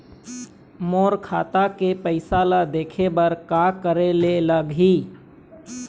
मोर खाता के पैसा ला देखे बर का करे ले लागही?